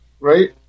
right